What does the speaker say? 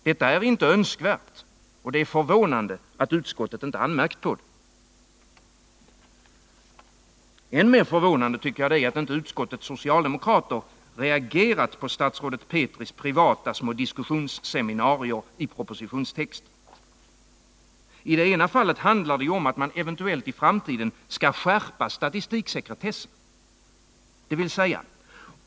Detta är inte önskvärt, och det är förvånande att utskottet inte har anmärkt på det. Än mer förvånande tycker jag det är att inte utskottets socialdemokrater har reagerat på statsrådet Petris privata diskussionsseminarier i propositionstexten. I det ena fallet handlar det ju om att man eventuellt i framtiden skall skärpa statistiksekretessen.